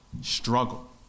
struggle